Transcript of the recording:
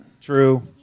True